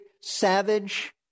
savage